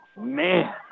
man